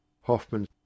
hoffman